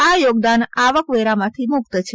આ યોગદાન આવકવેરામાંથી મુકત છે